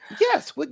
Yes